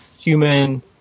Human